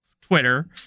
twitter